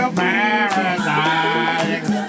paradise